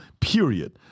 period